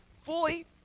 fully